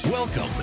Welcome